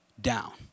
down